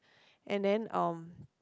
and then um